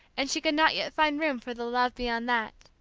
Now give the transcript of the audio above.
and she could not yet find room for the love beyond that,